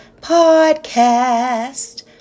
podcast